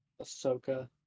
Ahsoka